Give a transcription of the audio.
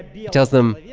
he tells them, yeah